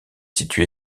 située